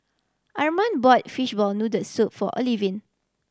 Arman bought fishball noodle soup for Olivine